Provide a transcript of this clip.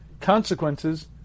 consequences